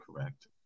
correct